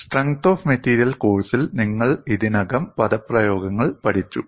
strength of material കോഴ്സിൽ നിങ്ങൾ ഇതിനകം പദപ്രയോഗങ്ങൾ പഠിച്ചു